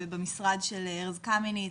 ובמשרד של ארז קמיניץ,